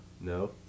no